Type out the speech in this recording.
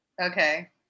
okay